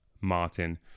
Martin